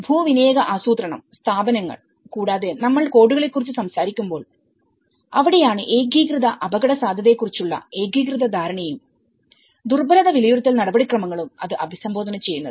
ഭൂവിനിയോഗ ആസൂത്രണം സ്ഥാപനങ്ങൾ കൂടാതെ നമ്മൾ കോഡുകളെക്കുറിച്ച് സംസാരിക്കുമ്പോൾ അവിടെയാണ് ഏകീകൃത അപകടസാധ്യതയെക്കുറിച്ചുള്ള ഏകീകൃത ധാരണയുംദുർബലത വിലയിരുത്തൽ നടപടിക്രമങ്ങളും അത് അഭിസംബോധന ചെയ്യുന്നത്